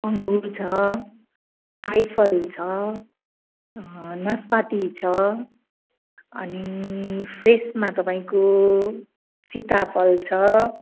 अङ्गुर छ आइफल छ नास्पाती छ अनि फ्रेसमा तपाईँको सीताफल छ